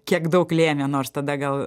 kiek daug lėmė nors tada gal